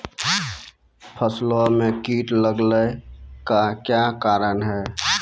फसलो मे कीट लगने का क्या कारण है?